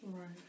Right